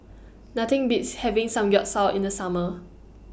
Nothing Beats having Samgyeopsal in The Summer